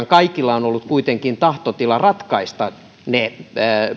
kaikilla on ollut kuitenkin tahtotila ratkaista ne